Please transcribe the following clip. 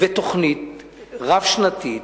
וכן לקבוע תוכנית-רב שנתית,